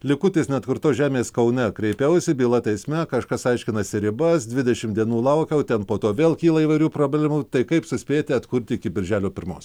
likutis neatkurtos žemės kaune kreipiausi byla teisme kažkas aiškinasi ribas dvidešim dienų laukiau ten po to vėl kyla įvairių problemų tai kaip suspėti atkurti iki birželio pirmos